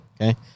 Okay